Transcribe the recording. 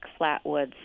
flatwoods